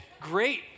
great